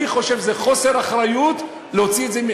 אני חושב שזה חוסר אחריות להוציא את זה,